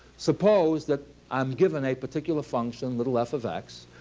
suppose that i am given a particular function little f of x,